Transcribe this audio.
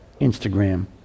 Instagram